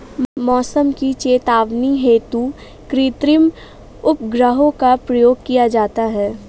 मौसम की चेतावनी हेतु कृत्रिम उपग्रहों का प्रयोग किया जाता है